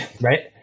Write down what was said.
right